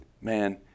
man